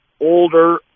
older